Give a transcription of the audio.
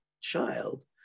child